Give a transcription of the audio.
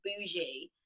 bougie